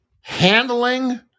Handling